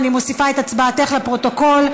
אני מוסיפה את הצבעתך לפרוטוקול,